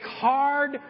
hard